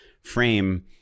frame